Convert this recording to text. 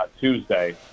Tuesday